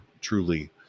truly